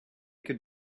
could